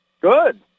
Good